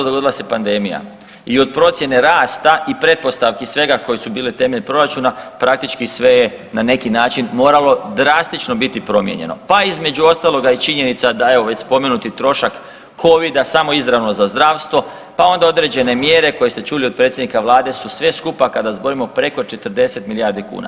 Dogodila se pandemija i od procjene rasta i pretpostavki svega koje su bile temelj proračuna praktički sve je na neki način moralo drastično biti promijenjeno, pa između ostaloga i činjenica da evo već spomenuti trošak Covida samo izravno za zdravstvo, pa onda određene mjere koje ste čuli od predsjednika Vlade su sve skupa kada zbrojimo preko 40 milijardi kuna.